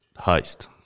Heist